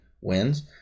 wins